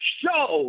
show